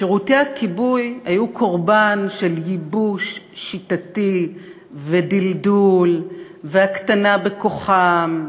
שירותי הכיבוי היו קורבן של ייבוש שיטתי ודלדול והקטנה בכוחם,